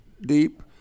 deep